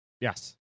Yes